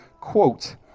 quote